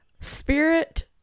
spirit